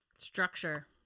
Structure